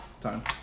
Time